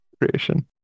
creation